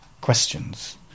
questions